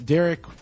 Derek